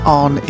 on